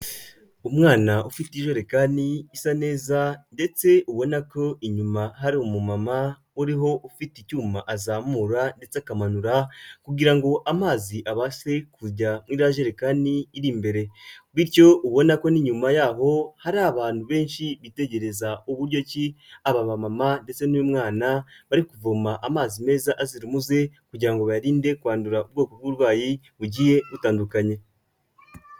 Umwana ufite ijerekani isa neza, ndetse ubona ko inyuma hari umu mama uriho ufite icyuma azamura ndetse akamanura kugirango ngo amazi abashe kujya muri ya njerekani iri imbere, bityo ubona ko ni nyuma yaho hari abantu benshi bitegereza uburyo ki ababamama ndetse n'uyu mwana, bari kuvoma amazi meza azira umuze, kugira ngo barinde kwandura ubwoko bw'uburwayi bugiye butandukanye.